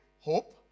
hope